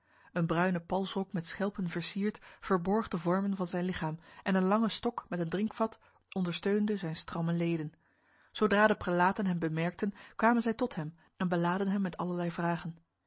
een bruine palsrok met schelpen versierd verborg de vormen van zijn lichaam en een lange stok met een drinkvat ondersteunde zijn stramme leden zodra de prelaten hem bemerkten kwamen zij tot hem en belaadden hem met allerlei vragen